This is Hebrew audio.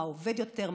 מה עובד יותר,